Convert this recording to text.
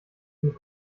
sind